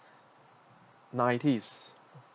nineties